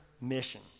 mission